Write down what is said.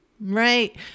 right